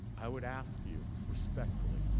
i would ask you respectfully,